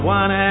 one